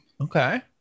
Okay